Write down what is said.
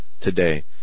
today